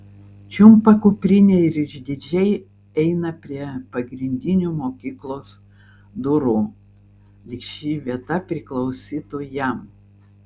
čiumpa kuprinę ir išdidžiai eina prie pagrindinių mokyklos durų lyg ši vieta priklausytų jam